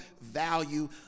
value